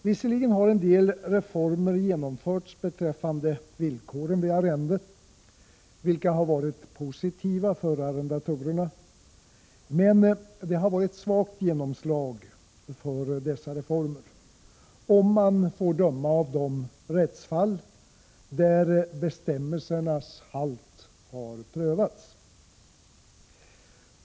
Visserligen har en del reformer genomförts beträffande villkoren vid arrende, vilka varit positiva för arrendatorerna, men det har varit ett svagt genomslag för dessa reformer, om man får döma av de rättsfall där bestämmelsernas halt har prövats.